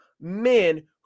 men